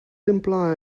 imply